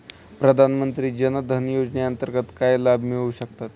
प्रधानमंत्री जनधन योजनेअंतर्गत काय लाभ मिळू शकतात?